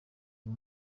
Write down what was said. uyu